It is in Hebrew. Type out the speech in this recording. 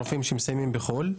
מרופאים שמסיימים בחו"ל,